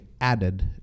added